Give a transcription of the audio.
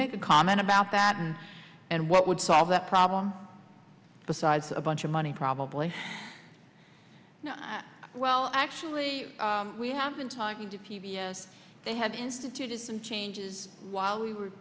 make a comment about that and and what would solve that problem besides a bunch of money probably well actually we have been talking to p b s they had instituted some changes while we were